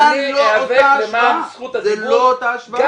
אני איאבק למען זכות הדיבור --- זו בכלל לא אותה השוואה.